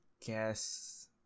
guess